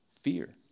fear